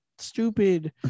stupid